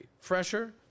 Fresher